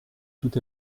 tout